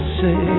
say